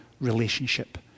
relationship